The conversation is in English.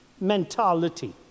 mentality